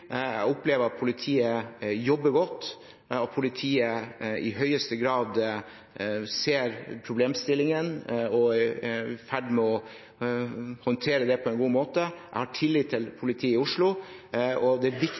Jeg opplever at politiet jobber godt, og at de i høyeste grad ser problemstillingene og er i ferd med å håndtere det på en god måte. Jeg har tillit til politiet i Oslo. Det er viktig at vi